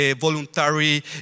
voluntary